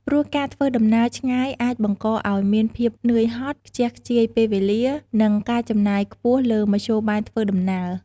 ព្រោះការធ្វើដំណើរឆ្ងាយអាចបង្កឱ្យមានភាពនឿយហត់ ខ្ជះខ្ជាយពេលវេលា និងការចំណាយខ្ពស់លើមធ្យោបាយធ្វើដំណើរ។